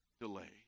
delay